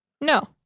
No